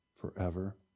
forever